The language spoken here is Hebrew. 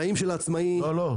לא.